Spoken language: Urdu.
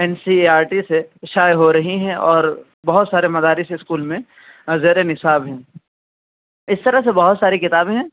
N C E R T سے شائع ہو رہی ہیں اور بہت سارے مدارس اسکول میں زیر نصاب ہے اس طرح سے بہت ساری کتابیں ہیں